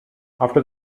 after